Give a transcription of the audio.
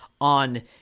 on